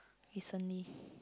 recently